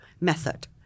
method